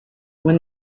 when